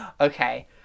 Okay